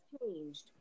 changed